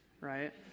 right